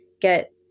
get